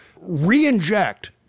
re-inject